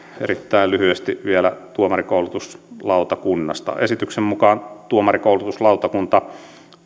erittäin lyhyesti vielä tuomarinkoulutuslautakunnasta esityksen mukaan tuomarinkoulutuslautakunta